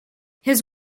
his